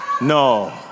No